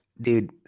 Dude